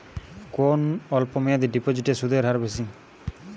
কোন অল্প মেয়াদি ডিপোজিটের সুদের হার বেশি?